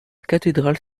cathédrale